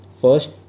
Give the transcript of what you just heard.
First